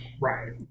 Right